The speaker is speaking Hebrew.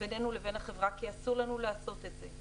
בינינו לבין החברה, כי אסור לנו לעשות את זה.